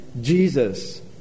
Jesus